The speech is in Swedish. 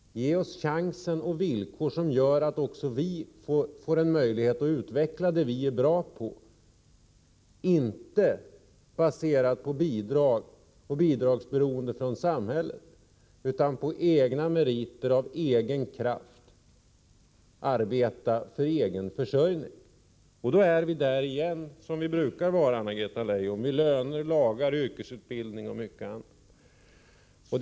Ge oss chansen och villkor som gör att också vi får en möjlighet att utveckla det vi är bra på —- inte något som är baserat på beroende av bidrag från samhället! Låt oss i stället arbeta för vår försörjning på egna meriter och av egen kraft! Då är vi där vi brukar vara, Anna-Greta Leijon. Vi är inne på löner, lagar, yrkesutbildning och mycket annat.